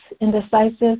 indecisive